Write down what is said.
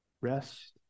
Rest